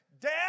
Dad